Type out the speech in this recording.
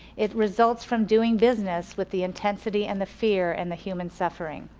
it results from doing business with the intensity and the fear and the human suffering.